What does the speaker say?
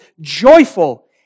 joyful